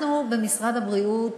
אנחנו במשרד הבריאות